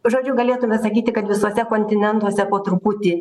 žodžiu galėtume sakyti kad visuose kontinentuose po truputį